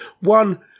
one